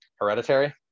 Hereditary